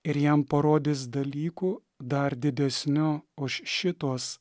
ir jam parodys dalykų dar didesnių už šituos